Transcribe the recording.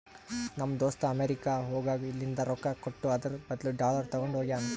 ನಮ್ ದೋಸ್ತ ಅಮೆರಿಕಾ ಹೋಗಾಗ್ ಇಲ್ಲಿಂದ್ ರೊಕ್ಕಾ ಕೊಟ್ಟು ಅದುರ್ ಬದ್ಲು ಡಾಲರ್ ತಗೊಂಡ್ ಹೋಗ್ಯಾನ್